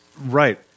right